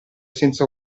senza